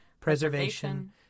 Preservation